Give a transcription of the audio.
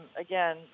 Again